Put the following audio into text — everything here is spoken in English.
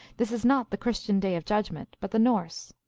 this is not the christian day of judgment, but the norse.